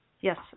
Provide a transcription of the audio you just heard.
Yes